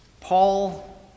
Paul